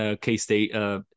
K-State